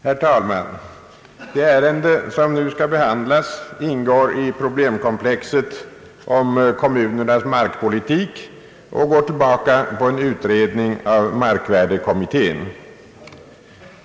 Herr talman! Det ärende som nu skall behandlas ingår i problemkomplexet om kommunernas markpolitik och går tillbaka på en utredning av markvärdekommittén.